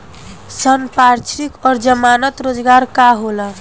संपार्श्विक और जमानत रोजगार का होला?